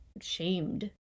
shamed